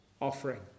offering